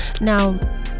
Now